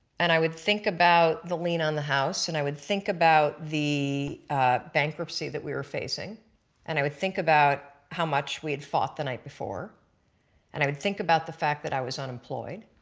and i would think about the lien on the house and i would think about the bankruptcy that we were facing and i would think about how much we had fought the night before and i would think about the fact that i was unemployed.